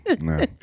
No